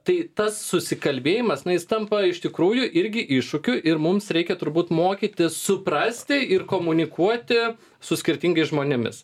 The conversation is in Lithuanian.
tai tas susikalbėjimas na jis tampa iš tikrųjų irgi iššūkiu ir mums reikia turbūt mokytis suprasti ir komunikuoti su skirtingais žmonėmis